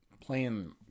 playing